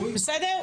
בסדר?